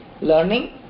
Learning